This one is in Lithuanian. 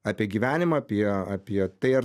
apie gyvenimą apie apie tai ar